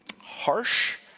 harsh